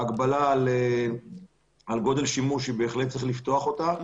ההגבלה על גודל שימוש, בהחלט צריך לפתוח אותה.